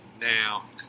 Now